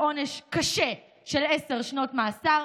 לעונש קשה של עשר שנות מאסר,